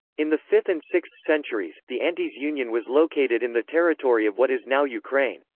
in the fifth and sixth centuries, the antes union was located in the territory of what is now ukraine.